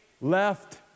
left